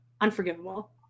unforgivable